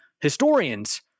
Historians